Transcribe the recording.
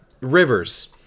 Rivers